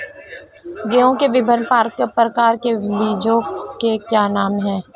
गेहूँ के विभिन्न प्रकार के बीजों के क्या नाम हैं?